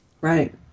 right